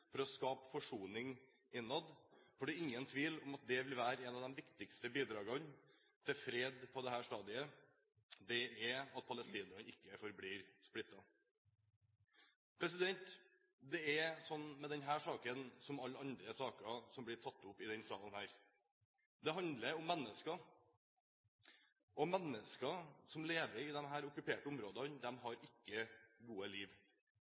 for å skape forsoning innad. For det er ingen tvil om at et av de viktigste bidragene til fred på dette stadiet, er at palestinerne ikke forblir splittet. Det er sånn med denne saken som med alle andre saker som blir tatt opp i denne salen, at det handler om mennesker. Menneskene som lever i disse okkuperte områdene, har ikke gode liv.